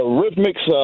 rhythmic's